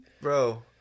Bro